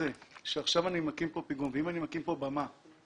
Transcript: אם אני מקים פה פיגום, אם אני מקים פה במה